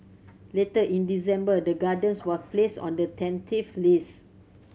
later in December the Gardens was placed on the tentative list